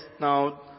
now